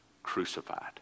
crucified